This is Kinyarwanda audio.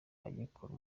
agikora